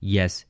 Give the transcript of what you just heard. Yes